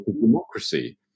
democracy